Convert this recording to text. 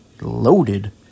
loaded